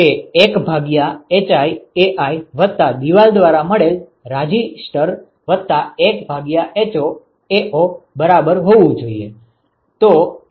હવે તે 1 ભાગ્યા hi⋅Ai વત્તા દીવાલ દ્વારા મળેલ રાજીષ્ટર વત્તા 1 ભાગ્યા ho⋅Ao બરાબર હોવું જોઈએ